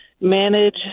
manage